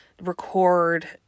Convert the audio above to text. record